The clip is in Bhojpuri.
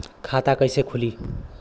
खाता कईसे खुली?